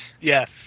Yes